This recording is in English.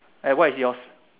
and what is yours